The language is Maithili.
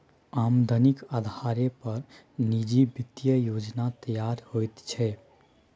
आमदनीक अधारे पर निजी वित्तीय योजना तैयार होइत छै